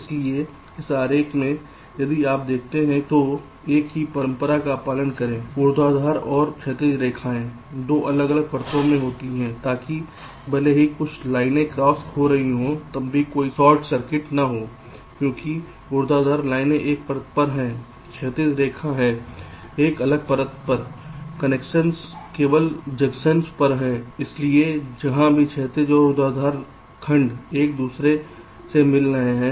इसलिए इस आरेख में यदि आप देखते हैं तो एक ही परंपरा का पालन करें ऊर्ध्वाधर और क्षैतिज रेखाएं 2 अलग अलग परतों में होती हैं ताकि भले ही कुछ लाइनें क्रॉस हो रही हों तब भी कोई शॉर्ट सर्किट न हो क्योंकि ऊर्ध्वाधर लाइनें एक परत पर हैं क्षैतिज रेखा है एक अलग परत पर कनेक्शन केवल जंक्शन पर हैं इसलिए जहां भी क्षैतिज और ऊर्ध्वाधर खंड एक दूसरे से मिल रहे हैं